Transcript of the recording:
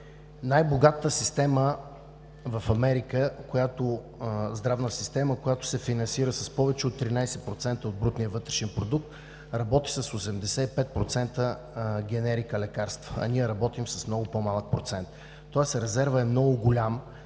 Най-богатата здравна система в Америка, която се финансира с повече от 13% от брутния вътрешен продукт, работи с 85% генерика лекарства, а ние работим с много по-малък процент, тоест резервът е много голям